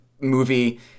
movie